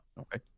Okay